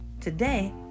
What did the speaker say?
Today